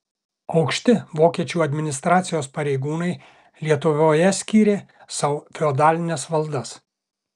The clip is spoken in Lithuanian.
aukšti vokiečių administracijos pareigūnai lietuvoje skyrė sau feodalines valdas